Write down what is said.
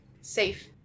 safe